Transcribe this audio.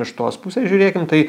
iš tos pusės žiūrėkim tai